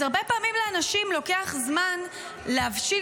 אז הרבה פעמים לאנשים לוקח זמן להבשיל